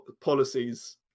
policies